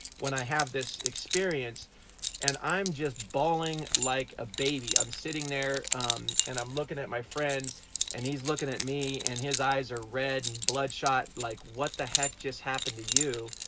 when i have this experience and i'm just bawling like a baby, i'm sitting there and i'm looking at my friend and he's looking at me and his eyes are red and bloodshot like what the heck just happened to you!